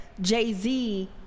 Jay-Z